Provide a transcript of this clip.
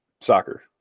soccer